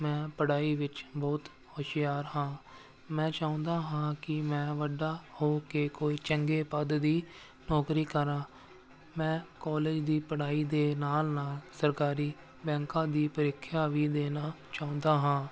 ਮੈਂ ਪੜ੍ਹਾਈ ਵਿੱਚ ਬਹੁਤ ਹੁਸ਼ਿਆਰ ਹਾਂ ਮੈਂ ਚਾਹੁੰਦਾ ਹਾਂ ਕਿ ਮੈਂ ਵੱਡਾ ਹੋ ਕੇ ਕੋਈ ਚੰਗੇ ਪਦ ਦੀ ਨੌਕਰੀ ਕਰਾਂ ਮੈਂ ਕਾਲਜ ਦੀ ਪੜ੍ਹਾਈ ਦੇ ਨਾਲ ਨਾਲ ਸਰਕਾਰੀ ਬੈਂਕਾਂ ਦੀ ਪ੍ਰੀਖਿਆ ਵੀ ਦੇਣਾ ਚਾਹੁੰਦਾ ਹਾਂ